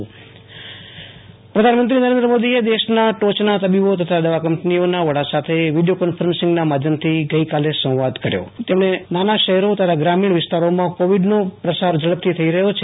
આશુ તોષ અંતાણી મોદી તબીબો પ્રધાનમંત્રી નરેન્દ્ર મોદીએ દેશના ટોયના તબીબો તથા દવા કંપનીઓના વડા સાથે વિડીયો કોન્ફરન્સીંગ માધ્યમથી ગઈકાલે સંવાદ કર્યો તેમણે નાના શહેરો તથા ગ્રામીણ વિસ્તારોમાં કોવીડનો પ્રસાર ઝડપથી થઈ રહ્યો છે